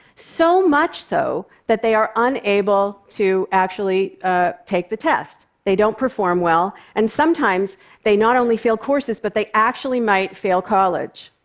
so much so that they are unable to actually take the test. they don't perform well, and sometimes they not only fail courses but they actually might fail college.